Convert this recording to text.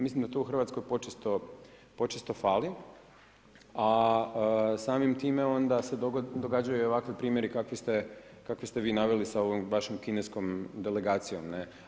Mislim da to u Hrvatskoj počesto fali, a samim time onda se događaju i ovakvi primjeri kakve ste vi naveli sa ovom vašom kineskom delegacijom.